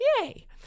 Yay